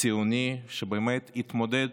ציוני, שבאמת התמודד